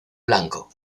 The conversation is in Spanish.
blanco